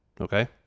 okay